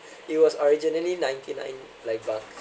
it was originally ninety nine like bucks